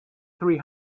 three